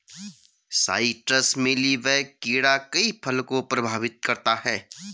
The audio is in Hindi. साइट्रस मीली बैग कीड़ा कई फल को प्रभावित करता है